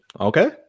okay